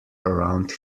around